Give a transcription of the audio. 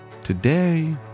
Today